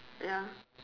ya